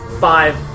five